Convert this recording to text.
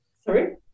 Sorry